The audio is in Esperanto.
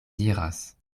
diras